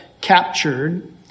captured